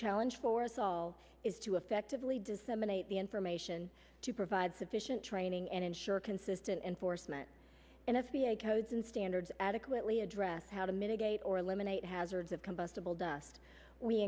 challenge for us all is to effectively disseminate the information to provide sufficient training and ensure consistent enforcement and f b i codes and standards adequately address how to mitigate or lemonade hazards of combustible dust we